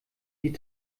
die